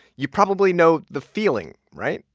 you probably know the feeling, right?